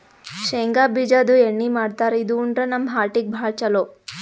ಶೇಂಗಾ ಬಿಜಾದು ಎಣ್ಣಿ ಮಾಡ್ತಾರ್ ಇದು ಉಂಡ್ರ ನಮ್ ಹಾರ್ಟಿಗ್ ಭಾಳ್ ಛಲೋ